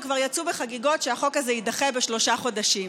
וכבר יצאו בחגיגות שהחוק הזה יידחה בשלושה חודשים.